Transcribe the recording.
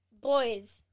boys